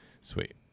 sweet